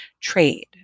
trade